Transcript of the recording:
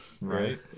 Right